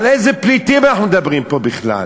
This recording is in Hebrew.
על איזה פליטים אנחנו מדברים פה בכלל?